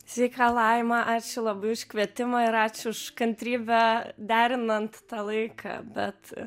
sveika laima ačiū labai už kvietimą ir ačiū už kantrybę derinant tą laiką bet